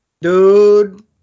Dude